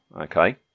okay